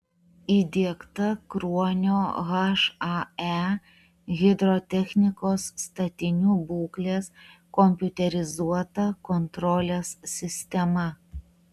įdiegta kruonio hae hidrotechnikos statinių būklės kompiuterizuota kontrolės sistema